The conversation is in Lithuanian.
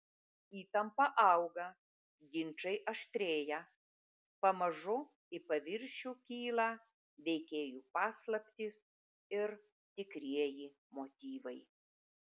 įtampa auga ginčai aštrėja pamažu į paviršių kyla veikėjų paslaptys ir tikrieji motyvai